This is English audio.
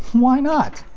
why not?